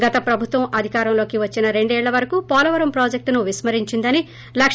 గత ప్రభుత్వం అధికారంలోకి వచ్చిన రెండేళ్ళ వరకు పోలవరం ప్రాజెక్టును విస్మరించిందని లక